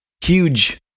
huge